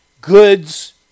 goods